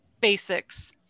basics